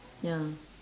ya